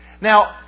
Now